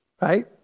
right